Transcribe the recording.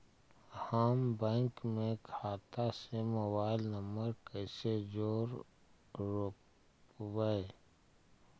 हम बैंक में खाता से मोबाईल नंबर कैसे जोड़ रोपबै?